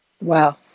Wow